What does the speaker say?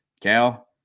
Cal